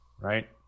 right